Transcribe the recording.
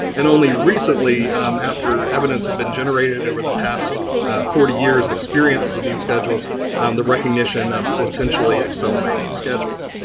and only recently after evidence have been generated over the past forty years' experience with these schedules the recognition of potentially accelerated schedules.